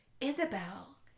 Isabel